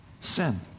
Sin